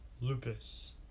Lupus